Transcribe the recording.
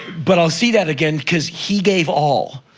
but i'll see that again cause he gave all.